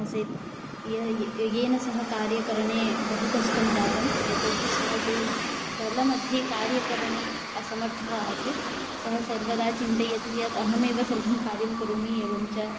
आसीत् यः य येन सह कार्यकरणे बहु कष्टं जातं यतोऽहि सः तु दलमध्ये कार्यकरणे असमर्थः आसीत् सः सर्वदा चिन्तयति यत् अहमेव सर्वं कार्यं करोमि एवं च